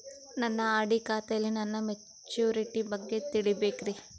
ನನ್ನ ಆರ್.ಡಿ ಖಾತೆಯಲ್ಲಿ ನನ್ನ ಮೆಚುರಿಟಿ ಬಗ್ಗೆ ತಿಳಿಬೇಕ್ರಿ